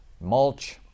mulch